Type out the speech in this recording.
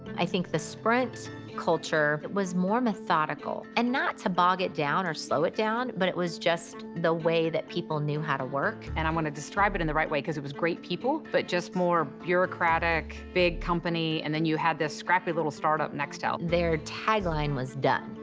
i think the sprint culture, it was more methodical. and not to bog it down or slow it down, but it was just the way that people knew how to work. and i want to describe it in the right way because it was great people, but just more bureaucratic, big company and then you had this scrappy little startup, nextel. their tagline was done.